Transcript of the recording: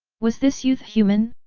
was this youth human?